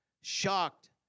Shocked